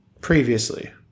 previously